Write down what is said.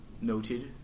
noted